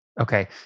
Okay